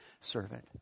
servant